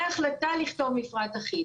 מההחלטה לכתוב מפרט אחיד